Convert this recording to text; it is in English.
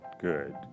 good